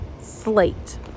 Slate